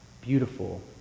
beautiful